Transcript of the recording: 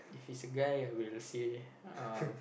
if it's a guy I will say uh